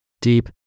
Deep